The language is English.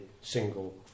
single